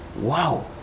Wow